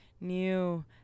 new